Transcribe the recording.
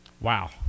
Wow